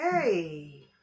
Hey